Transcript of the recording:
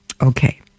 Okay